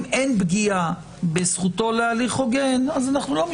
אם אין פגיעה בזכותו להליך הוגן אז אנחנו לא,